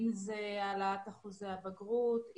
אם זה העלאת אחוזי הבגרות,